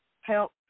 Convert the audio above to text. help